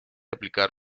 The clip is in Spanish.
aplicar